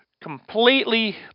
completely